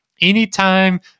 anytime